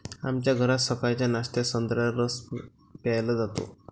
आमच्या घरात सकाळच्या नाश्त्यात संत्र्याचा रस प्यायला जातो